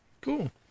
Cool